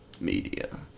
Media